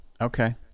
Okay